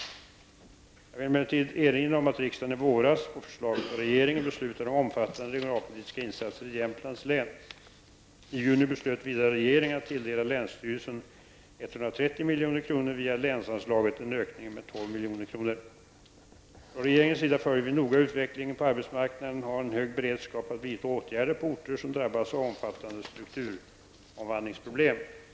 Jag vill emellertid erinra om att riksdagen i våras, på förslag av regeringen, beslutade om omfattande regionalpolitiska insatser i Jämtlands län. I juni beslöt vidare regeringen att tilldela länsstyrelsen 130 milj.kr. via länsanslaget, en ökning med 12 milj.kr. Från regeringens sida följer vi noga utvecklingen på arbetsmarknaden och har en hög beredskap att vidta ågärder på orter som drabbas av omfattande strukturomvandlingsproblem.